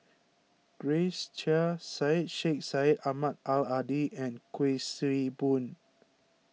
Grace Chia Syed Sheikh Syed Ahmad Al Hadi and Kuik Swee Boon